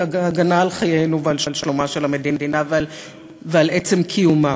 ההגנה על חיינו ועל שלומה של המדינה ועל עצם קיומה.